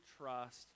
trust